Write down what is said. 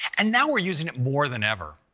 and now we're using it more than ever.